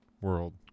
world